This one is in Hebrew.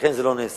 ולכן זה לא נעשה.